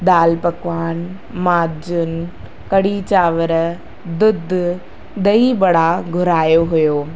दालि पकवान माजुन कढ़ी चांवर ॾुध ॾही ॿड़ा घुरायो हुओ